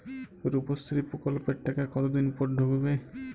রুপশ্রী প্রকল্পের টাকা কতদিন পর ঢুকবে?